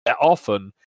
often